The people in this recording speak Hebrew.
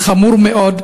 זה חמור מאוד.